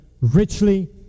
richly